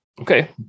okay